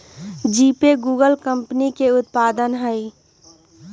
GPay Google कंपनी के उत्पाद हइ